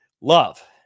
love